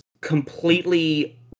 completely